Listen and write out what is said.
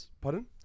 Pardon